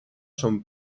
son